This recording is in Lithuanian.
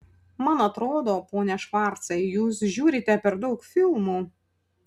man atrodo pone švarcai jūs žiūrite per daug filmų